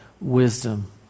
wisdom